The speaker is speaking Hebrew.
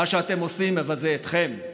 מה שאתם עושים מבזה אתכם.